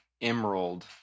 emerald